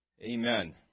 Amen